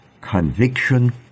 conviction